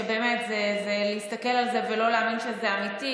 שזה להסתכל על זה ולא להאמין שזה אמיתי.